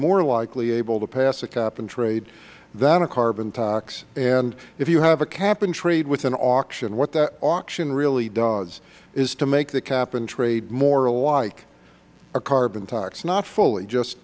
more likely able to pass a cap and trade than a carbon tax and if you have a cap and trade with an auction what that auction really does is to make the cap and trade more like a carbon tax not fully just